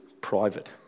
private